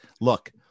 Look